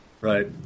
Right